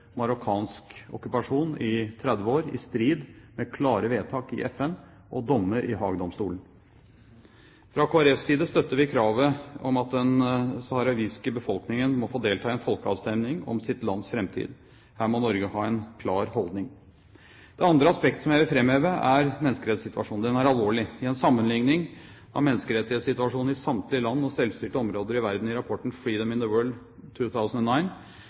marokkansk okkupasjon i 30 år, i strid med klare vedtak i FN og dommer i Haagdomstolen. Fra Kristelig Folkepartis side støtter vi kravet om at den sahrawiske befolkningen må få delta i en folkeavstemming om sitt lands framtid. Her må Norge ha en klar holdning. Det andre aspektet som jeg vil framheve, er menneskerettssituasjonen. Den er alvorlig. I en sammenligning av menneskerettighetssituasjonen i samtlige land og selvstyrte områder i verden i rapporten Economic Freedom in the